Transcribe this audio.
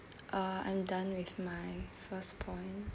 uh I'm done with my first point